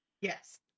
Yes